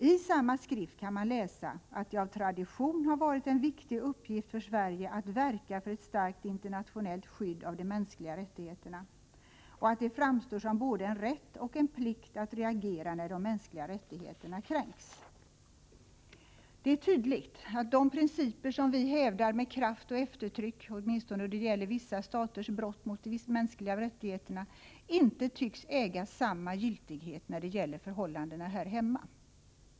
I samma skrift kan man läsa att det av tradition har varit en viktig uppgift för Sverige att verka för ett starkt internationellt skydd av de mänskliga rättigheterna och att det framstår som både en rätt och en plikt att reagera när de mänskliga rättigheterna kränks. Det är tydligt att de principer som vi hävdar med kraft och eftertryck, åtminstone då det gäller vissa staters brott mot de mänskliga rättigheterna, inte tycks äga samma giltighet då det gäller förhållanden här hemma.